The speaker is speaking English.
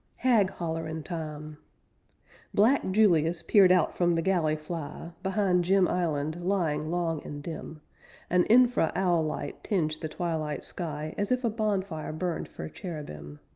hag-hollerin' time black julius peered out from the galley fly behind jim island, lying long and dim an infra owl-light tinged the twilight sky as if a bonfire burned for cherubim.